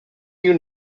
you